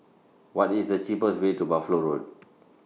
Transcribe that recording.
What IS The cheapest Way to Buffalo Road